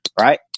right